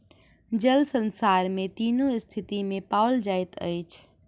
जल संसार में तीनू स्थिति में पाओल जाइत अछि